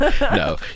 No